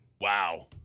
Wow